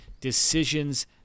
decisions